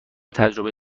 تجربه